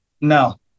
no